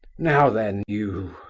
now then, you